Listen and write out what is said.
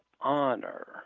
honor